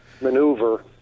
maneuver